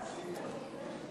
התיישנות ממועד גיבוש הנכות),